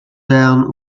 dann